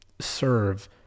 serve –